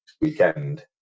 weekend